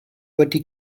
wedi